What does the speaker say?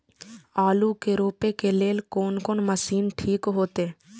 आलू के रोपे के लेल कोन कोन मशीन ठीक होते?